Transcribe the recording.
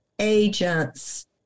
agents